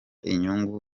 inyungu